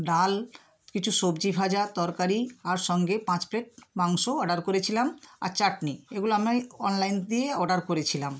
ডাল কিছু সবজি ভাজা তরকারি আর সঙ্গে পাঁচ প্লেট মাংস অর্ডার করেছিলাম আর চাটনি এগুলো আমি অনলাইন দিয়ে অর্ডার করেছিলাম